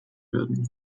werden